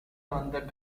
வந்த